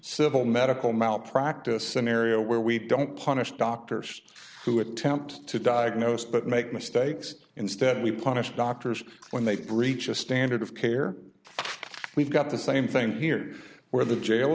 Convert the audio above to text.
civil medical malpractise scenario where we don't punish doctors who attempt to diagnose but make mistakes instead we punish doctors when they breach a standard of care we've got the same thing here where the jail